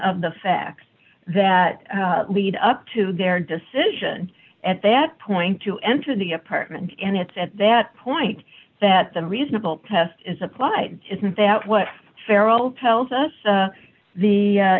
of the facts that lead up to their decision at that point to enter the apartment and it's at that point that the reasonable test is applied isn't that what cheryl tells us the